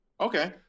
okay